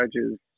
judges